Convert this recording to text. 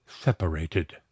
separated